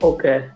Okay